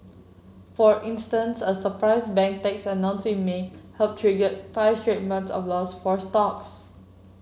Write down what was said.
for instance a surprise bank tax announced in May helped trigger five straight months of loss for stocks